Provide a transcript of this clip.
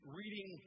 reading